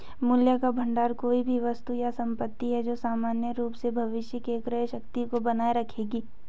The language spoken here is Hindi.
मूल्य का भंडार कोई भी वस्तु या संपत्ति है जो सामान्य रूप से भविष्य में क्रय शक्ति को बनाए रखेगी